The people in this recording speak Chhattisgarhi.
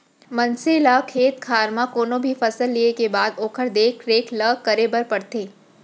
मनसे ल खेत खार म कोनो भी फसल लिये के बाद ओकर देख रेख ल करे बर परथे